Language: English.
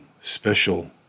special